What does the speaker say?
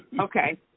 Okay